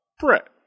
brett